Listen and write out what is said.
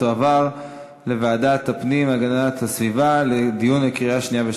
לוועדת הפנים והגנת הסביבה נתקבלה.